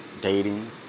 dating